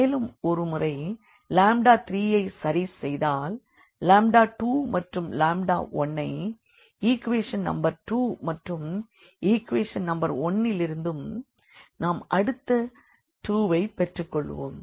மேலும் ஒருமுறை 3ஐ சரி செய்தால் 2மற்றும் 1ஐ ஈக்வெஷன் நம்பர் 2 மற்றும் ஈக்வெஷன் நம்பர் 1 லிருந்தும் நாம் அடுத்த 2 ஐப் பெற்றுக்கொள்வோம்